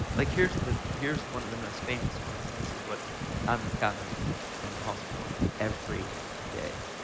like here's the here's one of the most famous ones, and this is what i'm encountering in the hospital every day.